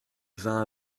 vint